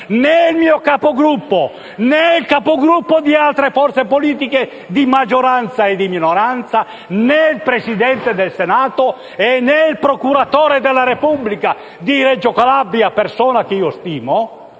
il mio Capogruppo, né il Capogruppo di altre forze politiche di maggioranza o di minoranza, né il Presidente del Senato, né il procuratore della Repubblica di Reggio Calabria (persona che stimo)